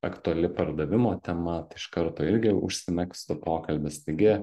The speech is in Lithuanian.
aktuali pardavimo tema tai iš karto irgi užsimegztų pokalbis taigi